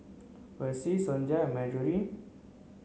Percy Sonja and Marjory